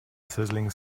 sizzling